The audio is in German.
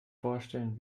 vorstellen